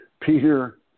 Peter